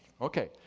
Okay